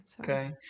Okay